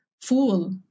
fool